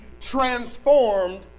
transformed